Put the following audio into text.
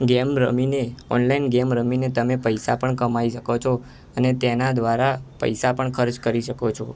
game રમીને online game રમીને તમે પૈસા પણ કમાઈ શકો છો અને તેના દ્વારા પૈસા પણ ખર્ચ કરી શકો છો